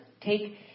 Take